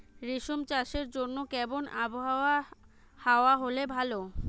রেশম চাষের জন্য কেমন আবহাওয়া হাওয়া হলে ভালো?